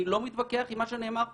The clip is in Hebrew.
אני לא מתווכח עם מה שנאמר פה.